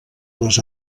les